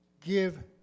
give